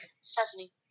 Stephanie